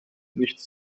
nichts